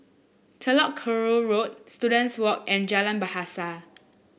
Telok Kurau Road Students Walk and Jalan Bahasa